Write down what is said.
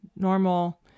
normal